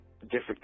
different